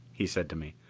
he said to me.